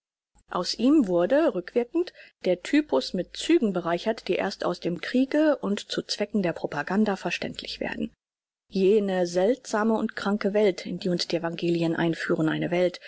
aus ihm wurde rückwirkend der typus mit zügen bereichert die erst aus dem kriege und zu zwecken der propaganda verständlich werden jene seltsame und kranke welt in die uns die evangelien einführen eine welt